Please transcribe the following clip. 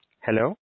Hello